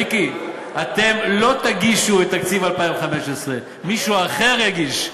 מיקי: אתם לא תגישו את תקציב 2015. מישהו אחר יגיש,